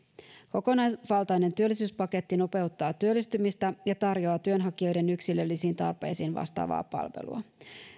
kokonaisvaltainen työllisyyspaketti nopeuttaa työllistymistä ja tarjoaa työnhakijoiden yksilöllisiin tarpeisiin vastaavaa palvelua